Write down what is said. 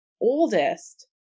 oldest